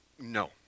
No